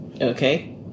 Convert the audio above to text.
Okay